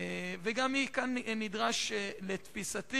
וגם כאן, לתפיסתי,